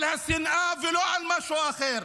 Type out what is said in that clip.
על השנאה, ולא על משהו אחר.